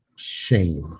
shame